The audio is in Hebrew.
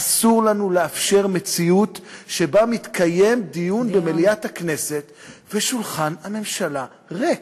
אסור לנו לאפשר מציאות שבה מתקיים דיון במליאת הכנסת ושולחן הממשלה ריק.